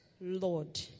Lord